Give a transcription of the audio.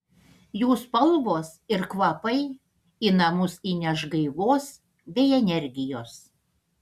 jų spalvos ir kvapai į namus įneš gaivos bei energijos